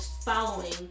following